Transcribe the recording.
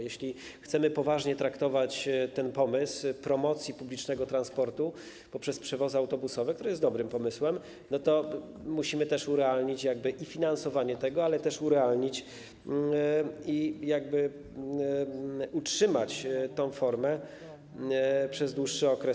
Jeśli chcemy poważnie traktować ten pomysł promocji publicznego transportu poprzez przewozy autobusowe, który jest dobrym pomysłem, to musimy urealnić jego finansowanie, ale też urealnić i utrzymać tę formę przez dłuższy okres.